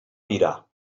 mirar